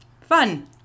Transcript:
Fun